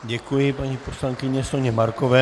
Děkuji paní poslankyni Soně Markové.